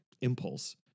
impulse